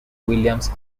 williams